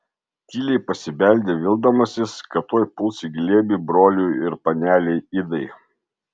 tyliai pasibeldė vildamasis kad tuoj puls į glėbį broliui ir panelei idai